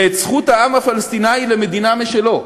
ואת זכות העם הפלסטיני למדינה משלו,